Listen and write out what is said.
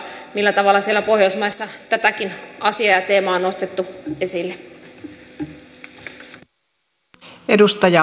millä tavalla siellä pohjoismaissa tätäkin asiaa ja teemaa on nostettu esille